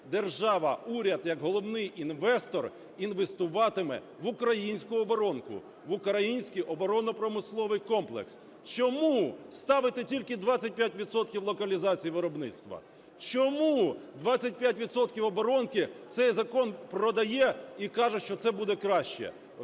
держава, уряд, як головний інвестор, інвестуватиме в українську оборонку, в український оборонно-промисловий комплекс. Чому ставите тільки 25 відсотків локалізації виробництва? Чому 25 відсотків оборонки цей закон продає і каже, що це буде краще?